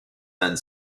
and